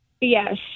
Yes